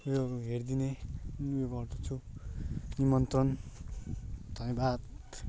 यो हेरिदिने उयो गर्दछु निमन्त्रणा धन्यवाद